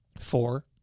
Four